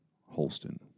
Holston